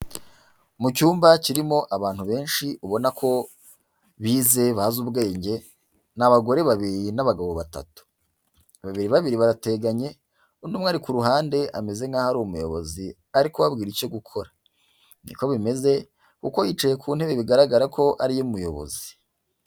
Mu cyumba kirimo abantu benshi ubona ko bize bazi ubwenge, ni abagore babiri n'abagabo batatu, babiri babiri barateganye undi umwe ari ku ruhande ameze nk'aho ari umuyobozi ari kubabwira icyo gukora, niko bimeze kuko yicaye ku ntebe bigaragara ko ari iy'umuyobozi.